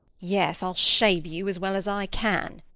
yes, i'll shave you, as well as i can.